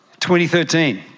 2013